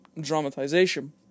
dramatization